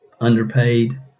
underpaid